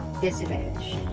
disadvantage